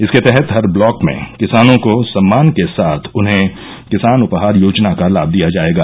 इसके तहत हर ब्लॉक में किसानों को सम्मान के साथ उन्हें किसान उपहार योजना का लाभ दिया जायेगा